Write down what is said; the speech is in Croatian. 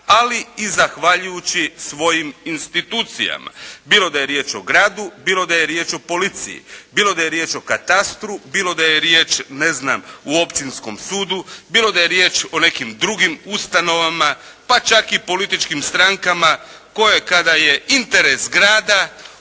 ali i zahvaljujući svojim institucijama, bilo da je riječ o gradu, bilo da je riječ o Policiji, bilo da je riječ o katastru, bilo da je riječ ne znam o općinskom sudu, bilo da je riječ o nekim drugim ustanovama, pa čak i političkim strankama koje kada je interes grada